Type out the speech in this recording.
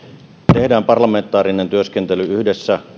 tehdään parlamentaarinen työskentely yhdessä